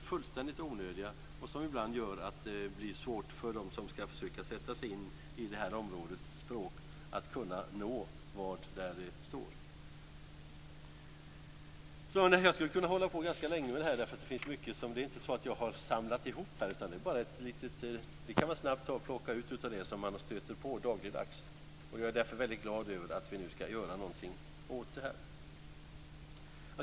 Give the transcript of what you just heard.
De är fullständigt onödiga, och de gör det ibland svårt för dem som ska försöka sätta sig in i ett visst områdes språk att kunna nå vad där står. Fru talman! Jag skulle kunna hålla på ganska länge med det här - det finns mycket. Jag har inte samlat ihop detta, utan det kan man snabbt plocka ut av det som man stöter på dagligdags. Jag är därför väldigt glad över att vi nu ska göra något åt det här.